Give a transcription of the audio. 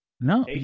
No